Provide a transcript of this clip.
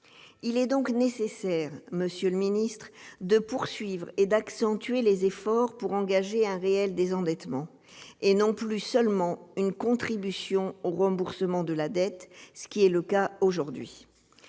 Il est donc nécessaire de poursuivre et d'accentuer les efforts pour engager un réel désendettement, et non plus seulement une contribution au remboursement de la dette, comme c'est le cas aujourd'hui.